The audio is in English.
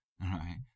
right